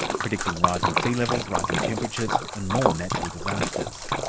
predicting rising sea levels, rising temperatures and more natural disasters.